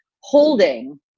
holding